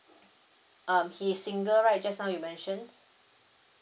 um he's single right just now you mentioned